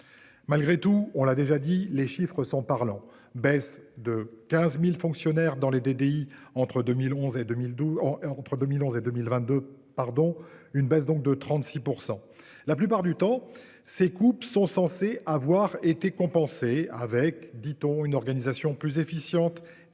Malgré tout, on l'a déjà dit, les chiffres sont parlants, baisse de 15.000 fonctionnaires dans les DDI entre 2011 et 2012 ans entre 2011 et 2022, pardon, une baisse donc de 36%. La plupart du temps ces coupes sont censés avoir été compensé avec, dit-on, une organisation plus efficiente